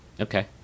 Okay